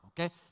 okay